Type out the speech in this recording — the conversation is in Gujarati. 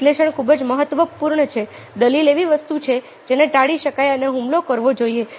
વિશ્લેષણ ખૂબ જ મહત્વપૂર્ણ છે દલીલ એવી વસ્તુ છે જેને ટાળી શકાય અને હુમલો કરવો જોઈએ